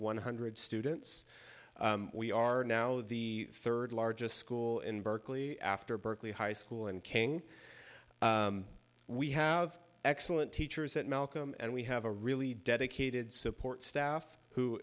one hundred students we are now the third largest school in berkeley after berkeley high school and king we have excellent teachers at melcombe and we have a really dedicated support staff who